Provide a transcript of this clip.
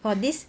for this